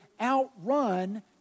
outrun